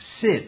sit